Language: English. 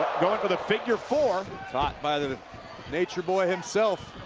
going through the figure four taught by the nature boy himself,